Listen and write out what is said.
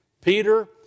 Peter